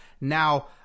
now